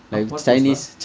!huh! what post lah